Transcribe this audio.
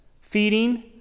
Feeding